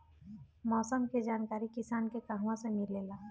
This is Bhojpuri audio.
मौसम के जानकारी किसान के कहवा से मिलेला?